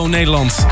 Nederland